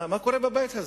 מה קורה בבית הזה?